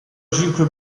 cinque